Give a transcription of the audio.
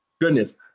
Goodness